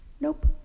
Nope